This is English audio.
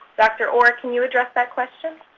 dr. orr, can you address that question?